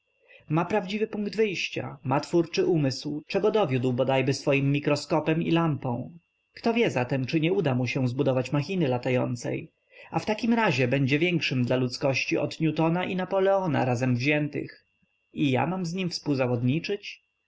ma prawdziwy punkt wyjścia ma twórczy umysł czego dowiódł bodajby swoim mikroskopem i lampą któż wie zatem czy nie uda mu się zbudować machiny latającej a w takim razie będzie większym dla ludzkości od newtona i napoleona razem wziętych i ja mam z nim współzawodniczyć